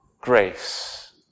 grace